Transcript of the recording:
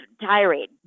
tirade